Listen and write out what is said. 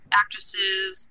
actresses